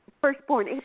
firstborn